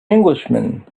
englishman